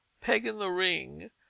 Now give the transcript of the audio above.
peg-in-the-ring